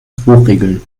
hochregeln